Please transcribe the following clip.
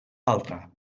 alta